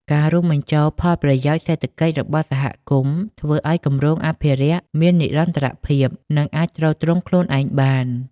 ការរួមបញ្ចូលផលប្រយោជន៍សេដ្ឋកិច្ចរបស់សហគមន៍ ធ្វើឱ្យគម្រោងអភិរក្សមាននិរន្តរភាព និងអាចទ្រទ្រង់ខ្លួនឯងបាន។